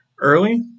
early